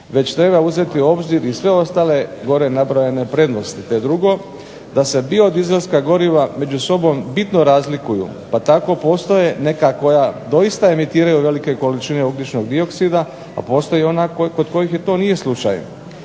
već treba uzeti u obzir i sve ostale gore nabrojane prednosti. Te drugo, da se biodizelska goriva među sobom bitno razlikuju pa tako postoje neka koja doista emitiraju velike količine ugljičnog dioksida, a postoje i ona kod kojih to nije slučaj.